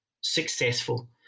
successful